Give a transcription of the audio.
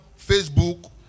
Facebook